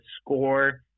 score